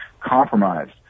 compromised